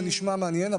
זה נשמע מעניין,